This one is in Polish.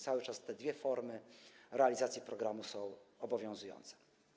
Cały czas te dwie formy realizacji programu są obowiązujące.